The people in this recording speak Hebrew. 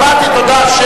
שמעתי, תודה.